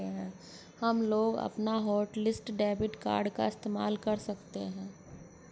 हमलोग अपना hotlist debit card का इस्तेमाल कर सकते हैं